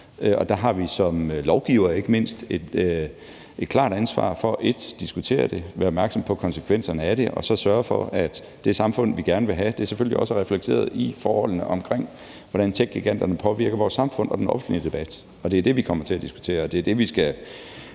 ikke mindst som lovgivere har et klart ansvar for at diskutere det og være opmærksomme på konsekvenserne af det og så sørge for, at det samfund, vi gerne vil have, selvfølgelig også er reflekteret, i forhold til hvordan techgiganterne påvirker vores samfund og den offentlige debat. Og det er det, som vi kommer til at diskutere, og det, som vi altså